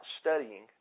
studying